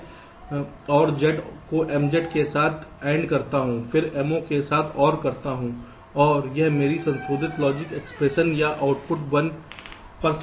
मैं और Z को Mz के साथ AND करता हूं फिर Mo के साथ OR करता हूं और यह मेरी संशोधित लॉजिक एक्सप्रेशन या आउटपुट l पर शब्द है